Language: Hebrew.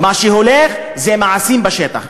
מה שהולך זה מעשים בשטח.